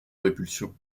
répulsion